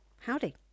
Howdy